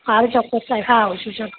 હા ચોક્કસ સાહેબ હા આવું છું ચાલો